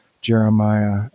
Jeremiah